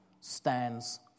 stands